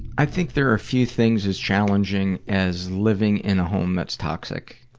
i think there are few things as challenging as living in a home that's toxic.